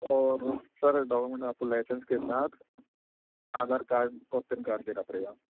اور sir document میں آپ کو لائسینس کے ساتھ آدھار کارڈ اور پین کارڈ دینا پڑے گا